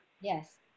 Yes